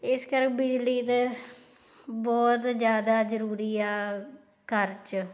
ਇਸ ਕਰਕੇ ਬਿਜਲੀ ਤਾਂ ਬਹੁਤ ਜ਼ਿਆਦਾ ਜ਼ਰੂਰੀ ਆ ਘਰ 'ਚ